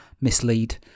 mislead